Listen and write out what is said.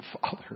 Father